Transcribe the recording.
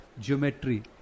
geometry